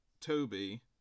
Toby